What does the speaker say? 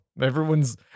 everyone's